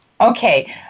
okay